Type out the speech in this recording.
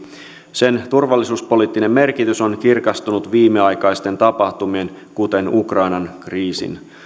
sen turvallisuuspoliittinen merkitys on kirkastunut viimeaikaisten tapahtumien kuten ukrainan kriisin